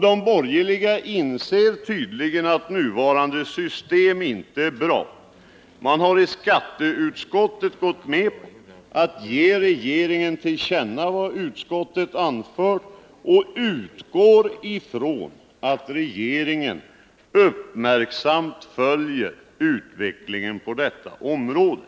De borgerliga inser tydligen att nuvarande system inte är bra. I skatteutskottet har man gått med på skrivningen att riksdagen bör ge regeringen till känna vad utskottet anfört och att utskottet utgår ifrån att regeringen med uppmärksamhet följer utvecklingen på detta område.